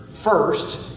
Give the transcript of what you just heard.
first